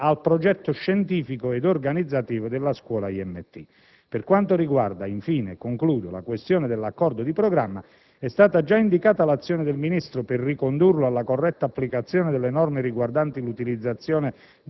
al progetto scientifico ed organizzativo della Scuola IMT. Per quanto riguarda, infine, la questione dell'accordo di programma firmato il 23 febbraio 2006, è stata già indicata l'azione del Ministro per ricondurlo alla corretta applicazione delle norme riguardanti l'utilizzazione